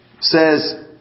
says